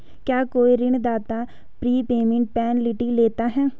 क्या कोई ऋणदाता प्रीपेमेंट पेनल्टी लेता है?